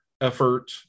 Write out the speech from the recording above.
effort